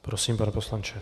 Prosím, pane poslanče.